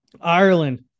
Ireland